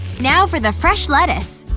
now for the fresh lettuce